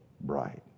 bright